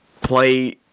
play